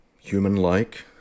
human-like